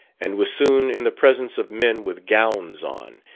and was soon in the presence of men with gowns on,